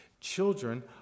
children